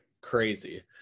crazy